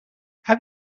have